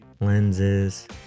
lenses